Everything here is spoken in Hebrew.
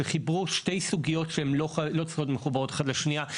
שחיברו שתי סוגיות שלא צריכות להיות מחוברות אחת לשנייה,